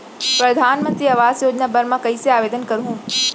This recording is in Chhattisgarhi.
परधानमंतरी आवास योजना बर मैं कइसे आवेदन करहूँ?